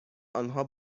آنها